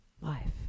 life